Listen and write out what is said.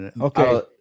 Okay